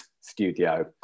studio